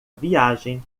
viagem